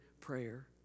prayer